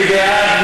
מי בעד?